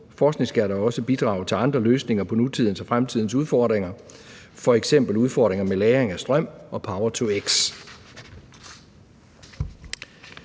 Forskningen skal også bidrage til andre løsninger på nutidens og fremtidens udfordringer, f.eks. udfordringer med lagring af strøm og power-to-x.